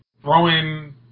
throwing